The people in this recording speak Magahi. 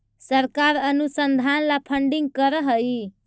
सरकार अनुसंधान ला फंडिंग करअ हई